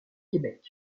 québec